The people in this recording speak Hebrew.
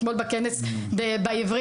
אתמול בכנס בעברית,